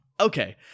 Okay